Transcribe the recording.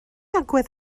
agwedd